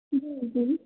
जी जी